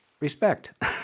respect